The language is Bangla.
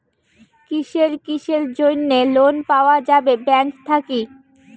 কিসের কিসের জন্যে লোন পাওয়া যাবে ব্যাংক থাকি?